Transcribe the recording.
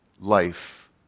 life